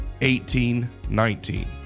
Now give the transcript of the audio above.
1819